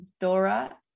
Dora